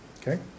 Okay